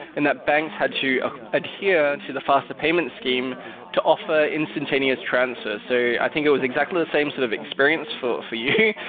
and that banks had to ah adhere to the faster payment scheme to offer instantaneous transfers. so i think it was exactly the same sort of experience for for you.